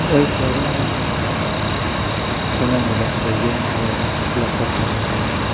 उहो ई शहरन में जेको आहे हुननि जे लाइ स्टेडियम ठहियलु आहिनि क्लब ठहियलु आहिनि